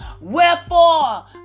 Wherefore